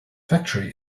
factory